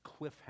cliffhanger